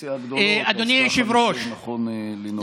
האופוזיציה הגדולות, אז ככה אני חושב שנכון לנהוג.